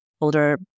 Older